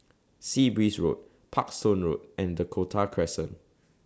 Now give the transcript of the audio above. Sea Breeze Road Parkstone Road and Dakota Crescent